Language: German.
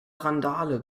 randale